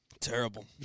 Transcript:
Terrible